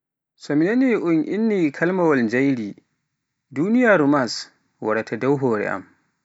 So mi naani un inni kalimawaal njayri, duniyaaru Mars waraata dow hoore am.